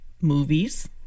movies